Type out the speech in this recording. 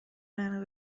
منو